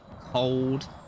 cold